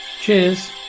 Cheers